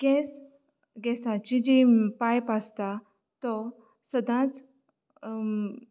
gas गॅसाची जी pipe आसता तो सदांच